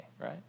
right